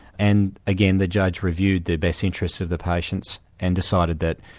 and again, the judge reviewed the best interests of the patients and decided that,